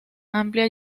amplia